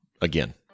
again